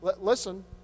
Listen